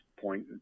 point